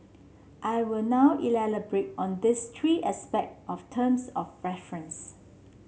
I will now elaborate on these three aspect of terms of reference